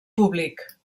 públic